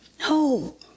No